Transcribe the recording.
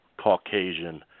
Caucasian